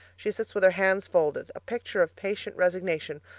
she sits with her hands folded, a picture of patient resignation,